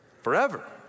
forever